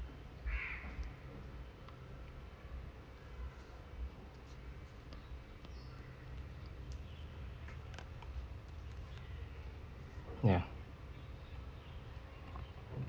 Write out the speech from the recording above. ya